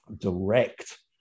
direct